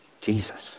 Jesus